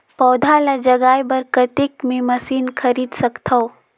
पौधा ल जगाय बर कतेक मे मशीन खरीद सकथव?